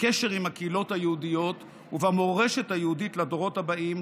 בקשר עם הקהילות היהודיות ובמורשת היהודית לדורות הבאים,